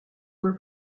were